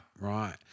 Right